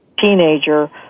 teenager